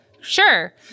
Sure